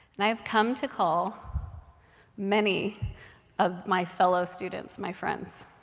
and i have come to call many of my fellow students, my friends.